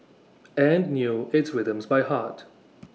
and knew its rhythms by heart